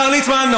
השר ליצמן,